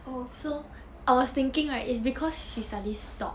oh